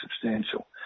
substantial